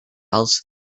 alts